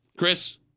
Chris